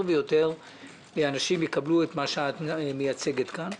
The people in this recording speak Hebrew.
ויותר אנשים יקבלו את מה שאת מייצגת כאן.